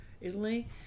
Italy